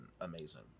amazing